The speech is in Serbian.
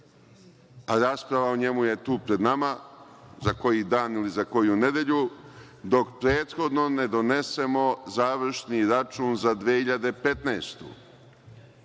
a rasprava o njemu je tu pred nama za koji dan, ili za koju nedelju, dok prethodno ne donesemo završni račun za 2015.